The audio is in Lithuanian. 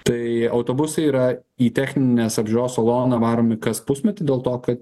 tai autobusai yra į techninės apžiūros saloną varomi kas pusmetį dėl to kad